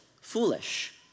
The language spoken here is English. foolish